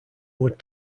would